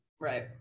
right